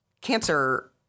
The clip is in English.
cancer